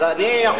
אז אני יכול,